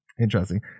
interesting